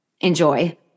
enjoy